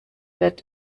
wird